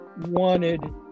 wanted